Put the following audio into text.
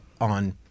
on